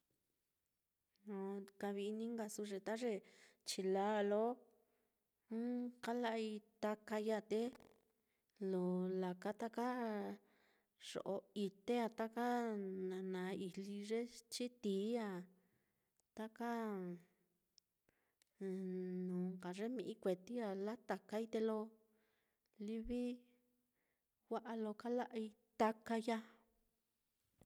Joo kavi-ini nkasu'u ye ta ye chilaa á lo kala'ai takai ya á, te lo laka taka yo'o ite á, nana ijli ye chitií á taka nuu nka ye mi'i kueti á latakai, te lo livi wa'a lo kala'ai takai ya á.